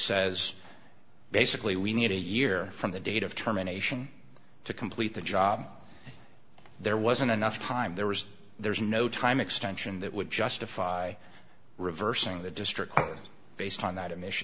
says basically we need a year from the date of terminations to complete the job there wasn't enough time there was there's no time extension that would justify reversing the district based on that